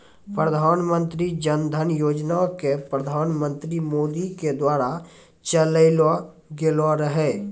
प्रधानमन्त्री जन धन योजना के प्रधानमन्त्री मोदी के द्वारा चलैलो गेलो रहै